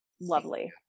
lovely